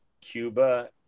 Cuba